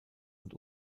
und